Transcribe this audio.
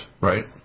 right